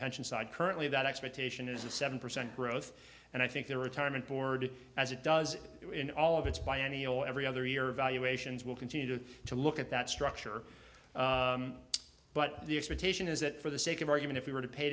pension side currently that expectation is a seven percent growth and i think the retirement board as it does in all of its biennial every other year evaluations will continue to look at that structure but the expectation is that for the sake of argument if we were to pay